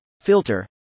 Filter